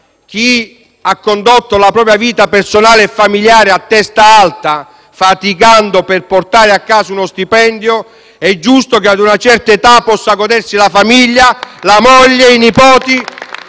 chi ha condotto la propria vita personale e familiare a testa alta, faticando per portare a casa uno stipendio, è giusto che ad una certa età possa godersi la famiglia, la moglie, i nipoti